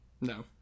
No